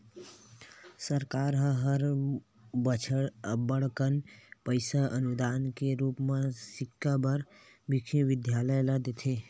सरकार ह हर बछर अब्बड़ कन पइसा अनुदान के रुप म सिक्छा बर बिस्वबिद्यालय ल देथे